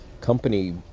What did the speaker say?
company